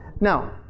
Now